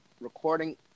recording